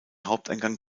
haupteingang